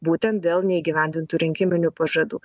būtent dėl neįgyvendintų rinkiminių pažadų